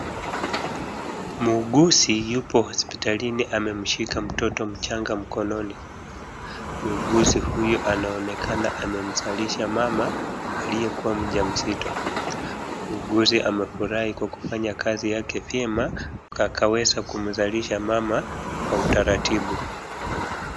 Muuguzi yupo hopsitalini amemshika mtoto mchanga mkononi. Muuguzi huyu anaonekana amemzalisha mama aliyekuwa mjamzito. Muuguzi amefurahi kwa kufanya kazi yake vyema akaweza kumzalisha mama kwa utaratibu.